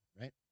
right